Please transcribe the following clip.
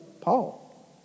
Paul